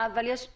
מה שהחוק קובע.